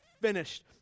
finished